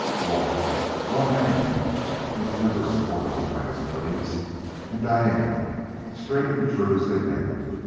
walt one man who was never spoiled by his millions and diane straight and true as they make em!